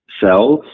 cells